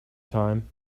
time